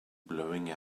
blowing